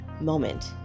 moment